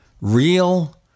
real